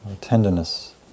Tenderness